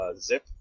Zip